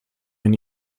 ein